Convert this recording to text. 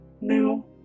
new